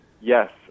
Yes